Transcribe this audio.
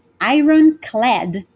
ironclad